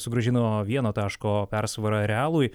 sugrąžino vieno taško persvarą realui